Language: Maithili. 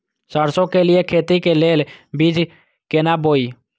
सरसों के लिए खेती के लेल बीज केना बोई?